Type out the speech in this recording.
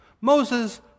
Moses